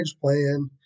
plan